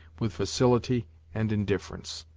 with facility and indifference.